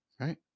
right